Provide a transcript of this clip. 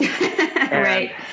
Right